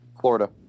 Florida